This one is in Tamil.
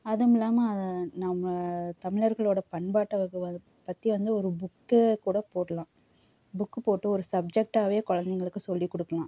அதுவுமில்லாம நம்ம தமிழர்களோட பண்பாட்டை பற்றி வந்து ஒரு புக்கே கூட போடலாம் புக்கு போட்டு ஒரு சப்ஜெக்டாகவே குழந்தைங்களுக்கு சொல்லிக்கொடுக்கலாம்